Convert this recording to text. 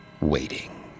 waiting